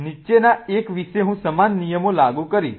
નીચેના એક વિશે હું સમાન નિયમો લાગુ કરીશ